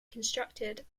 constructed